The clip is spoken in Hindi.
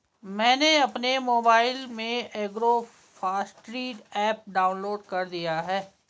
मैंने अपने मोबाइल में एग्रोफॉसट्री ऐप डाउनलोड कर लिया है